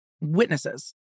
witnesses